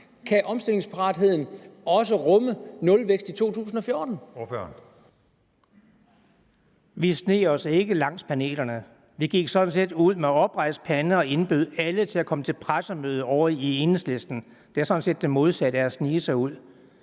Kl. 15:13 Frank Aaen (EL): Vi sneg os ikke langs panelerne. Vi gik sådan set ud med oprejst pande og indbød alle til at komme til pressemøde ovre hos Enhedslisten – det er sådan set det modsatte af at snige sig ud.